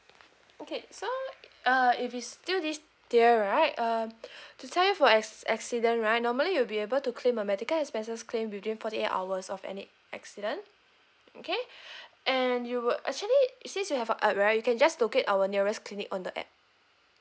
okay so uh if it's still this tier right um to tell you for ac~ accident right normally you will be able to claim a medical expenses claim within forty eight hours of any accident okay and you would actually since you have a app right you can just locate our nearest clinic on the app